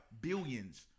billions